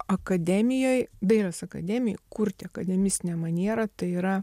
akademijoj dailės akademijoj kurti akademistinę manierą tai yra